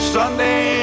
Sunday